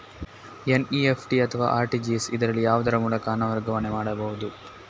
NEFT ಅಥವಾ RTGS, ಇದರಲ್ಲಿ ಯಾವುದರ ಮೂಲಕ ಹಣ ವರ್ಗಾವಣೆ ಮಾಡಬಹುದು?